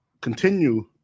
continue